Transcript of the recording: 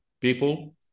people